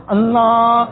Allah